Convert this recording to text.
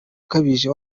ukabije